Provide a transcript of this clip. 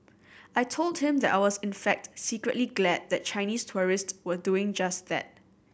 I told him that I was in fact secretly glad that Chinese tourist were doing just that